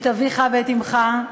את אביך ואת אמך,